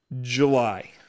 July